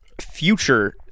future